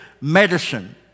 medicine